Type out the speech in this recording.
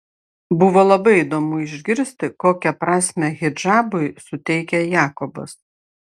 buvo labai įdomu išgirsti kokią prasmę hidžabui suteikia jakobas